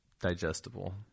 digestible